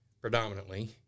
predominantly